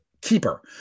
Keeper